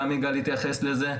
גם יגאל התייחס לזה,